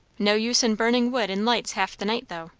no use in burning wood and lights half the night, though.